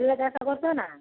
ବିଲ ଚାଷ କରୁଛ ନା